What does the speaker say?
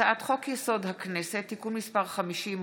הצעת חוק-יסוד: הכנסת (תיקון מס' 50,